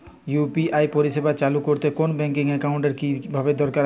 UPI পরিষেবা চালু করতে কোন ব্যকিং একাউন্ট এর কি দরকার আছে?